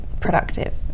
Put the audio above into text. productive